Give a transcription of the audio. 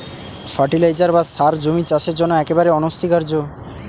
fertiliser বা সার জমির চাষের জন্য একেবারে অনস্বীকার্য